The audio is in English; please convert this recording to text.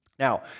Now